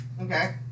Okay